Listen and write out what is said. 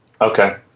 Okay